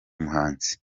muhanzi